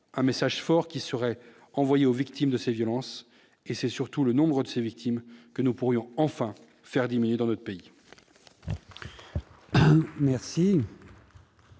un message fort qui seraient envoyés aux victimes de ces violences et c'est surtout le nombre de ses victimes que nous pourrions enfin faire diminuer dans notre pays.